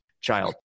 child